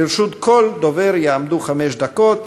לרשות כל דובר יעמדו חמש דקות.